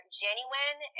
genuine